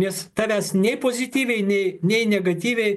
nes tavęs nei pozityviai nei nei negatyviai